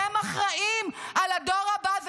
הם אחראים לדור הבא.